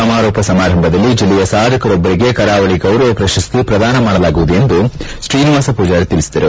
ಸಮಾರೋಪ ಸಮಾರಂಭದಲ್ಲಿ ಜಿಲ್ಲೆಯ ಸಾಧಕರೊಬ್ಬರಿಗೆ ಕರಾವಳಿ ಗೌರವ ಪ್ರಶಸ್ತಿ ಪ್ರದಾನ ಮಾಡಲಾಗುವುದು ಎಂದು ತ್ರೀನಿವಾಸ ಪೂಜಾರಿ ತಿಳಿಸಿದರು